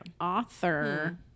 author